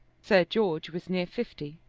sir george was near fifty,